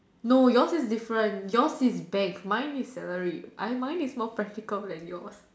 no yours is different yours is bank mine is salary I mine is more practical than yours